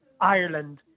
Ireland